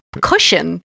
cushion